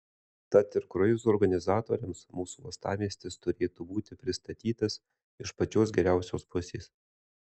tad ir kruizų organizatoriams mūsų uostamiestis turėtų būti pristatytas iš pačios geriausios pusės